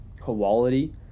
quality